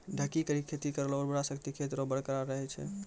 ढकी करी के खेती करला उर्वरा शक्ति खेत रो बरकरार रहे छै